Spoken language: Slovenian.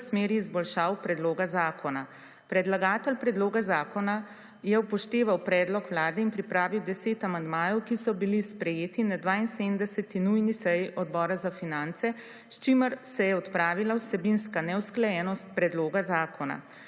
v smeri izboljšav predloga zakona. Predlagatelj predloga zakona je upošteval predlog vlade in pripravil deset amandmajev, ki so bili sprejeti na 92. nujni seji Odbora za finance, s čimer se je odpravila vsebinska neusklajenost predloga zakona.